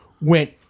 went